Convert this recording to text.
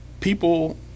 people